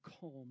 calm